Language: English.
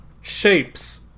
shapes